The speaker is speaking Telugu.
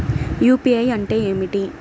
యూ.పీ.ఐ అంటే ఏమిటీ?